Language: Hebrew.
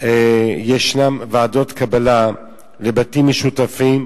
יש ועדות קבלה לבתים משותפים,